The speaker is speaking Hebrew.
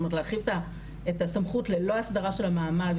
כלומר להרחיב את הסמכות ללא אסדרה של המעמד,